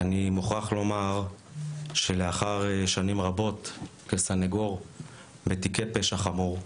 אני מוכרח לומר שלאחר שנים רבות כסניגור בתיקי פשע חמור,